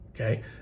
Okay